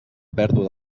pèrdua